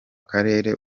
karere